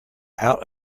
out